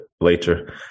later